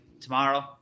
tomorrow